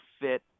fit